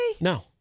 No